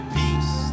peace